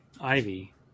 Ivy